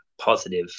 positive